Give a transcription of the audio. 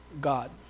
god